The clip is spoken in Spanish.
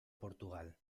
portugal